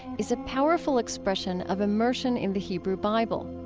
is a powerful expression of immersion in the hebrew bible.